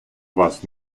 вас